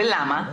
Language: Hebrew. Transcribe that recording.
ולמה?